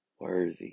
worthy